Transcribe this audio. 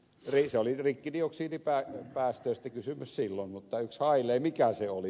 se oli rikkidioksidipäästöistä kysymys silloin mutta yksi hailee mikä se oli